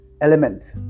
element